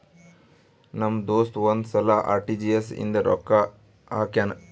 ನಮ್ ದೋಸ್ತ ಒಂದ್ ಸಲಾ ಆರ್.ಟಿ.ಜಿ.ಎಸ್ ಇಂದ ನಂಗ್ ರೊಕ್ಕಾ ಹಾಕ್ಯಾನ್